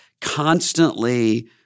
constantly